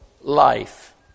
life